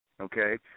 Okay